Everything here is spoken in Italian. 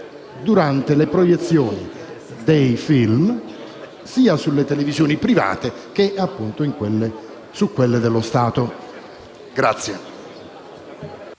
durante le proiezioni dei film, sia sulle televisioni private sia su quelle dello Stato.